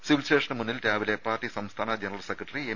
civil സ്റ്റേഷനു മുന്നിൽ രാവിലെ പാർട്ടി സംസ്ഥാന ജനറൽ സെക്രട്ടറി എം